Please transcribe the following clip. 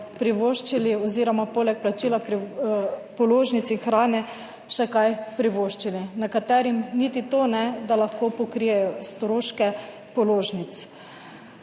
privoščili oziroma poleg plačila položnic in hrane še kaj privoščili, nekaterim niti to ne, da lahko pokrijejo stroške položnic.